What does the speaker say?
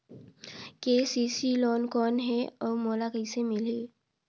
KCC loan कौन हे अउ मोला कइसे मिलही?